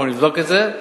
אנחנו נבדוק את זה.